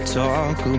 talk